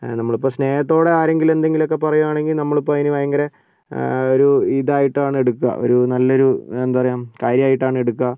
നമ്മളപ്പോൾ സ്നേഹത്തോടെ ആരെങ്കിലും എന്തെങ്കിലും ഒക്കെ പറയുവാണെങ്കിൽ നമ്മളിപ്പോൾ അതിന് ഭയങ്കര ഒരു ഇതായിട്ടാണ് എടുക്കുക ഒരു നല്ലൊരു എന്താ പറയാ കാര്യമായിട്ടാണ് എടുക്കുക